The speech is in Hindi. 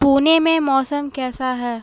पुणे में मौसम कैसा है